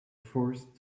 forced